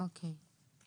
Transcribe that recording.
אוקיי.